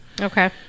Okay